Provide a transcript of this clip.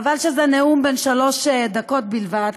חבל שזה נאום בן שלוש דקות בלבד,